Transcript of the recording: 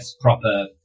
proper